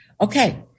Okay